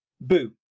Boo